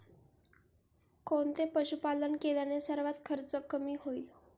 कोणते पशुपालन केल्याने सर्वात कमी खर्च होईल?